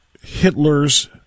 Hitler's